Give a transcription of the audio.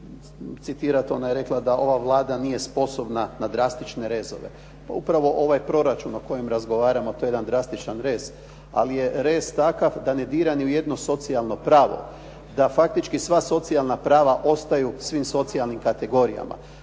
citirati. Ona je rekla da ova Vlada nije sposobna na drastične rezove. Pa upravo ovaj proračun o kojem razgovaramo to je jedan drastičan rez, ali je rez takav da ne dira ni u jedno socijalno pravo, da faktički sva socijalna prava ostaju svim socijalnim kategorijama.